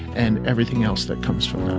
and everything else that comes from